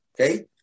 okay